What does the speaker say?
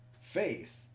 faith